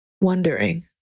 wondering